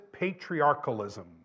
patriarchalism